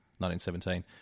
1917